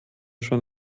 schon